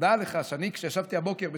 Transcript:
דע לך, כשישבתי הבוקר בשמונה,